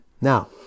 Now